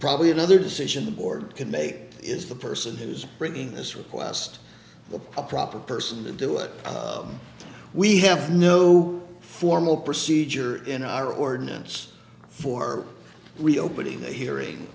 probably another decision the board can make is the person who is bringing this request the proper person to do it we have no formal procedure in our ordinance for reopening the hearing